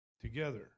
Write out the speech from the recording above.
together